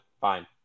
fine